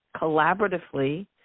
collaboratively